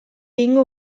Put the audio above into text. egingo